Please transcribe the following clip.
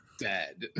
dead